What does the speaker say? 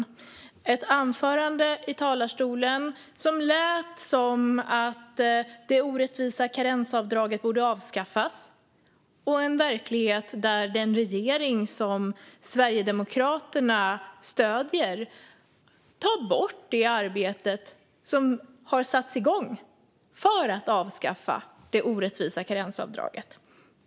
Det kom ett anförande i talarstolen som lät som att det orättvisa karensavdraget borde avskaffas, och jag ser en verklighet där den regering som Sverigedemokraterna stöder tar bort det arbete som har satts i gång för att avskaffa det orättvisa karensavdraget.